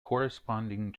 corresponding